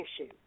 issue